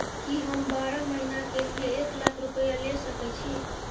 की हम बारह महीना के लिए एक लाख रूपया ले सके छी?